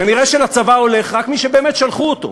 כנראה לצבא הולך רק מי שבאמת שלחו אותו.